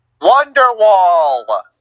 Wonderwall